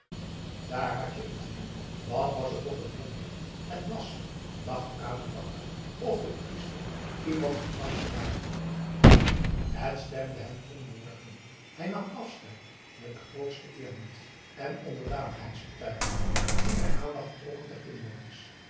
daar had-je het weer wat was het toch een wonder het was dacht aboe bakar of de priester iemands gedachten raadde het stemde hem onderworpen hij nam afscheid met de grootste eerbiedsen onderdanigheids betuigingen die de aandacht trokken der inlanders